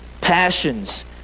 passions